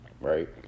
right